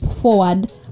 forward